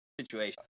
situation